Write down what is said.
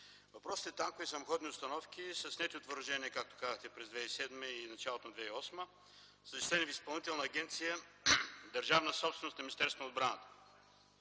Въпросните танкове и самоходни установки са снети от въоръжение, както казахте, през 2007 г. и началото на 2008 г. и са зачислени в Изпълнителна агенция „Държавна собственост” на Министерството на отбраната.